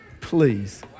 Please